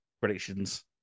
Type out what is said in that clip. predictions